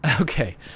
Okay